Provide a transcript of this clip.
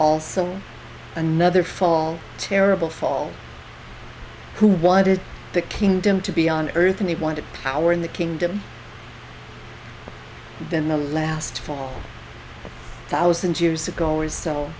also another fall terrible fall who wanted the kingdom to be on earth and he wanted power in the kingdom then the last fall of thousand years ago is s